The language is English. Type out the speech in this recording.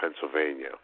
Pennsylvania